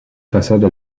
façade